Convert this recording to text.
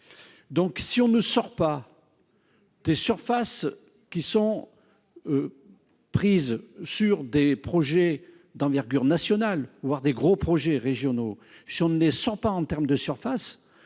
Donc si on ne sort pas. Des surfaces qui sont. Prises sur des projets d'envergure nationale, voire des gros projets régionaux. Si on est 100, pas en termes de surface.